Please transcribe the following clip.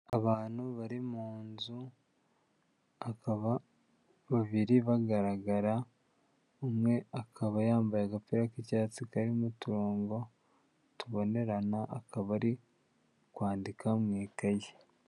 Abantu bari mu nzu akaba babiri bagaragara, umwe akaba yambaye agapira k'icyatsi karimo uturongo tubonerana akaba ari kwandika mu ikaye.